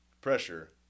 pressure